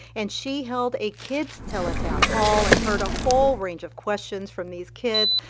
and she held a kids tele-town hall and heard a whole range of questions from these kids.